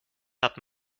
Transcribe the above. hat